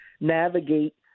navigate